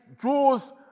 draws